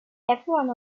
everyone